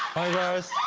hi guys.